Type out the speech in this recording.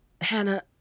Hannah